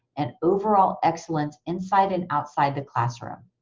and overall excellence inside and outside the classroom.